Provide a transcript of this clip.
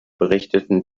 berichteten